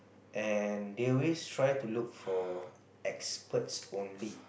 and they always try to look for experts only